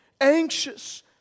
anxious